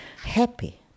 happy